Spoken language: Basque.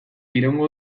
iraungo